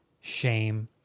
shame